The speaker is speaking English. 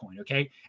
okay